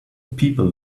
people